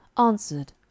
Answered